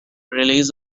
relays